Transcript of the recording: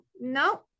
no